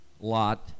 Lot